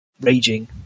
raging